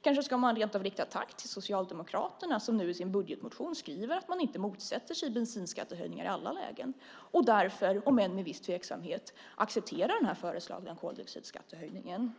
Kanske ska man rent av rikta ett tack till Socialdemokraterna som nu i sin budgetmotion skriver att man inte motsätter sig bensinskattehöjningar i alla lägen och därför, om än med viss tveksamhet, accepterar den föreslagna höjningen av koldioxidskatten.